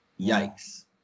Yikes